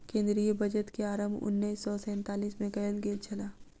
केंद्रीय बजट के आरम्भ उन्नैस सौ सैंतालीस मे कयल गेल छल